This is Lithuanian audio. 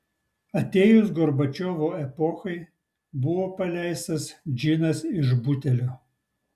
atėjus gorbačiovo epochai buvo paleistas džinas iš butelio